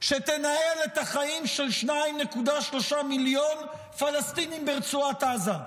שתנהל את החיים של 2.3 מיליון פלסטינים ברצועת עזה.